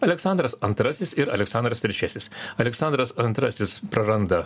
aleksandras antrasis ir aleksandras trečiasis aleksandras antrasis praranda